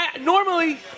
normally